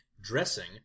dressing